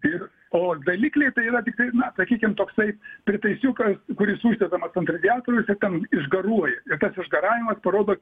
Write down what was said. ir o dalikliai tai yra tiktai na sakykim toksai prietaisiukas kuris uždedamas ant radiatoriaus ir ten išgaruoja ir tas išgaravimas parodo